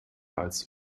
als